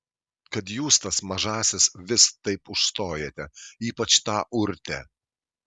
kad jūs tas mažąsias vis taip užstojate ypač tą urtę